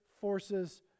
forces